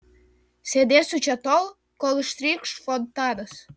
sėdėsiu čia tol kol ištrykš fontanas